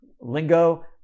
lingo